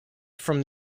from